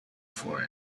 for